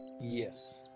yes